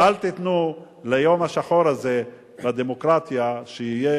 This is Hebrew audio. אז אל תיתנו ליום השחור הזה לדמוקרטיה, שיהיה